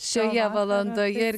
šioje valandoje ir